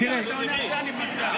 אם אתה עונה על זה אני מצביע.